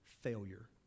failure